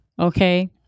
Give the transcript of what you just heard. okay